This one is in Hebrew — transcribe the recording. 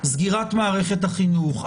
סגירת מערכת החינוך,